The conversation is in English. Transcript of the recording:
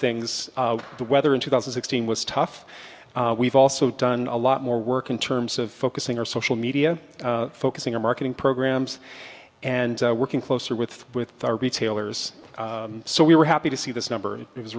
things the weather in two thousand sixteen was tough we've also done a lot more work in terms of focusing our social media focusing our marketing programs and working closer with with our retailers so we were happy to see this number i